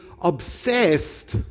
obsessed